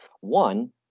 One